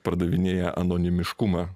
pardavinėja anonimiškumą